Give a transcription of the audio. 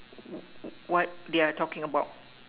wh~ what they are talking about